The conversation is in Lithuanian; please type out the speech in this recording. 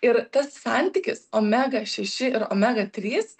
ir tas santykis omega šeši ir omega trys